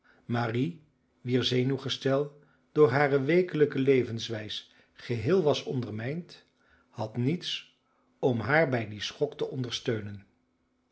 marie wier zenuwgestel door hare weekelijke levenswijs geheel was ondermijnd had niets om haar bij dien schok te ondersteunen